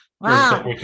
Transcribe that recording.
Wow